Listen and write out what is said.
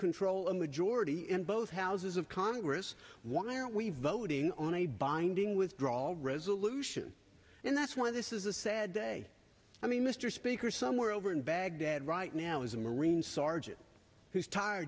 control a majority in both houses of congress why are we voting on a binding withdrawal resolution and that's why this is a sad day i mean mr speaker somewhere over in baghdad right now is a marine sergeant who's tired